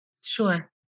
Sure